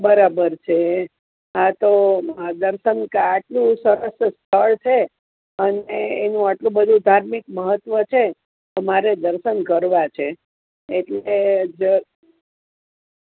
બરાબર છે હા તો દર્શન આટલું સરસ સ્થળ છે અને એનું આટલું બધું ધાર્મિક મહત્વ છે તો મારે દર્શન કરવા છે એટલે જ